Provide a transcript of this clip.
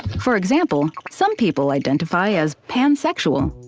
for example, some people identify as pansexual,